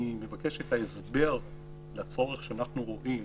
אני מבקש שאת ההסבר לצורך שאנחנו רואים